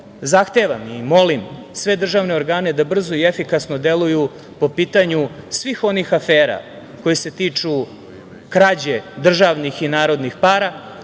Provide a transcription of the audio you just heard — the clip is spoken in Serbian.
zahtevam i molim sve državne organe da brzo i efikasno deluju po pitanju svih onih afera koje se tiču krađe državnih i narodnih para,